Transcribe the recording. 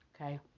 okay